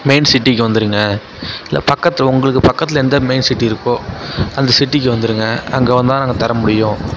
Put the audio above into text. main சிட்டிக்கு வந்துடுங்க இல்லை பக்கத்தில் உங்களுக்கு பக்கத்துலேயே எந்த மெயின் சிட்டி இருக்கோ அந்த சிட்டிக்கு வந்துடுங்க அங்கே வந்தால் நாங்கள் தர முடியும்